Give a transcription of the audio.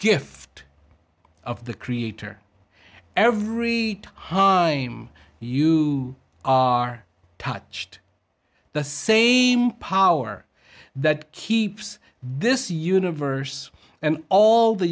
gift of the creator every ha am you are touched the same power that keeps this universe and all the